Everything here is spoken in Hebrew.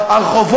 הרחב.